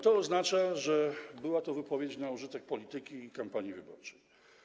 To oznacza, że była to wypowiedź na użytek polityki i kampanii wyborczej.